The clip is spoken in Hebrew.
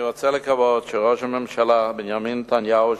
אני רוצה לקוות שראש הממשלה בנימין נתניהו,